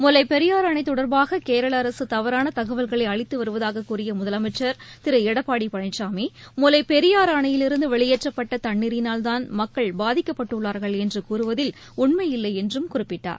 முல்லைப் பெரியாறு அணை தொடர்பாக கேரள அரசு தவறான தகவல்களை அளித்து வருவதாக கூறிய முதலமைச்சர் திரு எடப்பாடி பழனிசாமி முல்லைப் பெரியாறு அணையிலிருந்து வெளியேற்றப்பட்ட தண்ணீரினால் தான் மக்கள் பாதிக்கப்பட்டுள்ளார்கள் என்று கூறுவதில் உண்மையில்லை என்றும் குறிப்பிட்டார்